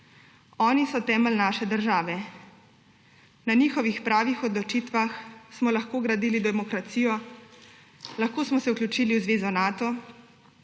Oni so temelj naše države. Na njihovih pravih odločitvah smo lahko gradili demokracijo, lahko smo se vključili v zvezo Nato,